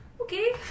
Okay